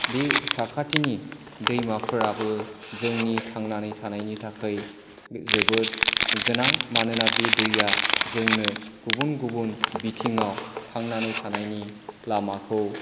बे साखाथिनि दैमाफोराबो जोंनि थांनानै थानायनि थाखाय बे जोबोद गोनां मानोना बे दैआ जोंनो गुबुन गुबुन बिथिंआव थांनानै थानायनि लामाखौ